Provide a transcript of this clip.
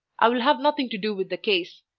i will have nothing to do with the case,